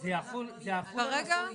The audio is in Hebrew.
אז זה יחול על אסון מירון?